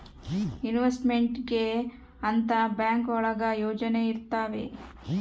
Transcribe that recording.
investment ಗೆ ಅಂತ bank ಒಳಗ ಯೋಜನೆ ಇರ್ತವೆ